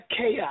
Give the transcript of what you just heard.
chaos